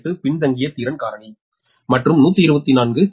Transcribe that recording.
8 பின்தங்கிய திறன் காரணி மற்றும் 124 KV